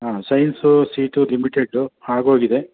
ಹಾಂ science seat limited ಆಗೋಗಿದೆ